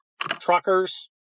truckers